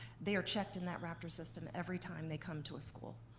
they are checked in that raptor system. every time they come to a school,